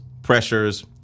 pressures